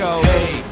Hey